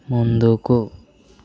ముందుకు